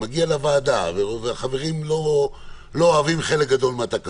הן מגיעות לוועדה והחברים לא אוהבים חלק גדול מהן.